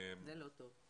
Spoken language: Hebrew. זה לא טוב.